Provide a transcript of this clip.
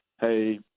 Hey